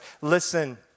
Listen